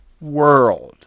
world